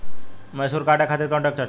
मैसूर काटे खातिर कौन ट्रैक्टर चाहीं?